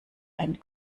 ein